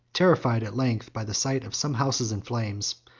terrified, at length, by the sight of some houses in flames,